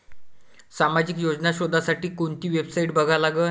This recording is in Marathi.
सामाजिक योजना शोधासाठी कोंती वेबसाईट बघा लागन?